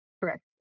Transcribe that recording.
Correct